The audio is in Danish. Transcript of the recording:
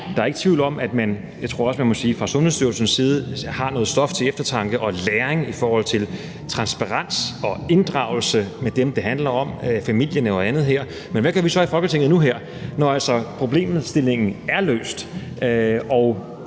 at der ikke er tvivl om, at man fra Sundhedsstyrelsens side har fået noget stof til eftertanke og læring i forhold til transparens og inddragelse af dem, som det handler om her, altså familien og andre. Men hvad gør vi så her i Folketinget nu, når problemstillingen er løst,